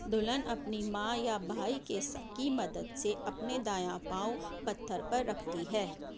دلہن اپنی ماں یا بھائی کے سا کی مدد سے اپنے دایاں پاؤں پتھر پر رکھتی ہے